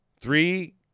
Three